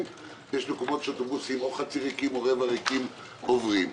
ויש מקומות שאוטובוסים חצי ריקים או רבע ריקים עוברים.